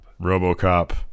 RoboCop